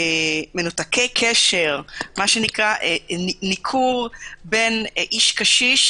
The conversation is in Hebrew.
מנותקי קשר, ניכור בין איש קשיש